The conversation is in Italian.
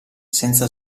senza